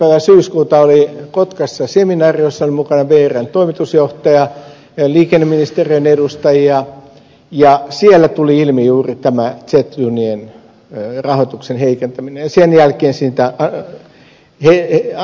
päivänä syyskuuta oli kotkassa seminaari jossa oli mukana vrn toimitusjohtaja ja liikenneministeriön edustajia ja siellä tuli ilmi juuri tämä z junien rahoituksen heikentäminen